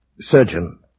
Surgeon